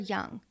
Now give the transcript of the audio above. Young